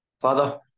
Father